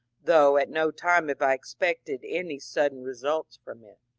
though at no time have i expected any sudden results from it.